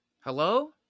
Hello